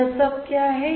यह सब क्या है